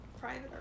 private